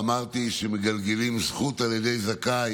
ואמרתי שמגלגלים זכות על ידי זכאי,